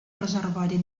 reservori